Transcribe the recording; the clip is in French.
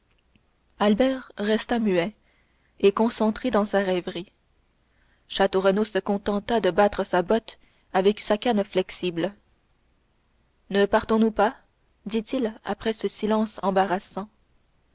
albert resta muet et concentré dans sa rêverie château renaud se contenta de battre sa botte avec sa canne flexible ne partons-nous pas dit-il après ce silence embarrassant